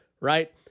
right